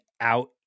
out